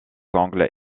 angles